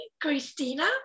Christina